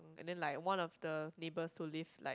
and then like one of the neighbours who live like